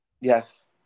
Yes